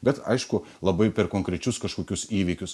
bet aišku labai per konkrečius kažkokius įvykius